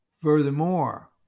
Furthermore